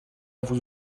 vous